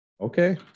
Okay